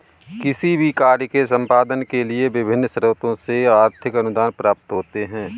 किसी भी कार्य के संपादन के लिए विभिन्न स्रोतों से आर्थिक अनुदान प्राप्त होते हैं